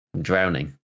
drowning